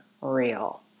real